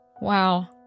Wow